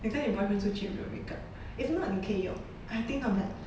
你跟你 boyfriend 出去有没有 makeup if not 你可以用 I think not bad